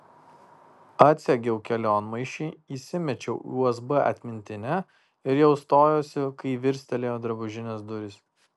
atsegiau kelionmaišį įsimečiau usb atmintinę ir jau stojausi kai virstelėjo drabužinės durys